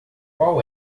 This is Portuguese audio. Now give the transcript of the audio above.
qual